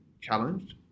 challenged